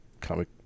comic